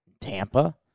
Tampa